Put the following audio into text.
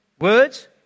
Words